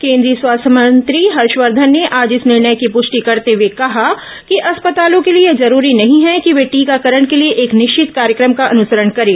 केंद्रीय स्वास्थ्य मंत्री हर्षवर्धन ने आज इस निर्णय की पुष्टि करते हुए कहा कि अस्पतालों के लिए यह जरूरी नहीं है कि वे टीकाकरण के लिए एक निश्चित कार्यक्रम का अनुसरण करें